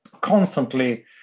constantly